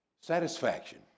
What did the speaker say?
Satisfaction